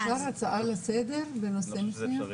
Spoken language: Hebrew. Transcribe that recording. אפשר הצעה לסדר בנושא מסוים?